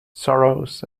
sorrows